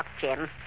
jim